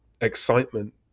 excitement